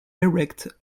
erect